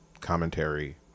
commentary